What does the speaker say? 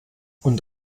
und